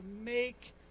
make